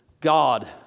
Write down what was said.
God